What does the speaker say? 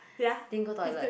didn't go toilet